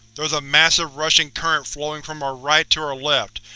there's a massive rushing current flowing from our right to our left.